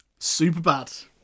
Superbad